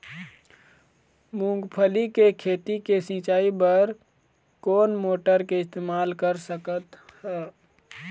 मूंगफली के खेती के सिचाई बर कोन मोटर के इस्तेमाल कर सकत ह?